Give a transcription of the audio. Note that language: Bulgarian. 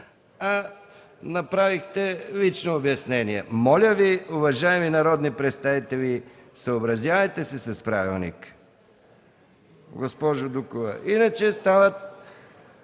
а направихте лично обяснение. Моля Ви, уважаеми народни представители, съобразявайте се с правилника. Иначе стават